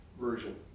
Version